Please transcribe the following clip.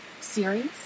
series